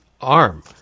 arm